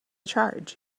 charge